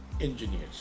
Engineers